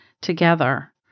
together